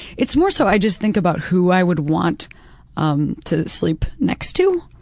it's more so, i just think about who i would want um to sleep next to,